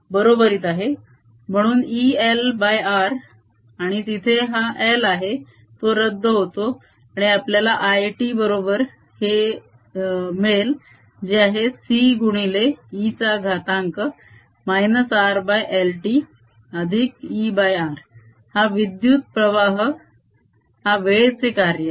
म्हणून ELR आणि तिथे हा L आहे तो रद्द होतो आणि आपल्याला I t बरोबर हे मिळेल जे आहे C गुणिले e चा घातांक -RLt अधिक ER हा विद्युत प्रवाह हा वेळेचे कार्य आहे